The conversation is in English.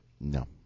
no